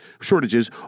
shortages